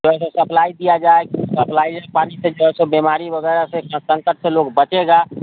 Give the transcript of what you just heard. तो ऐसा सप्लाई किया जाए सप्लाई ए पानी से जो है सो सब बीमारी वगैरह से स संकट से लोग बचेगा